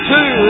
Two